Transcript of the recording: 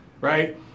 right